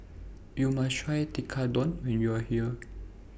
YOU must Try Tekkadon when YOU Are here